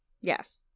Yes